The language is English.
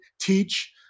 teach